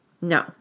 No